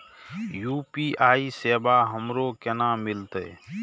UPI सेवा हमरो केना मिलते?